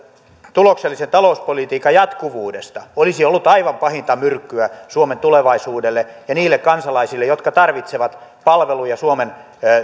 tuloksellisen talouspolitiikan jatkuvuudesta olisi ollut aivan pahinta myrkkyä suomen tulevaisuudelle ja niille kansalaisille jotka tarvitsevat palveluja suomen